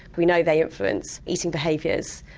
we know they influence eating behaviours.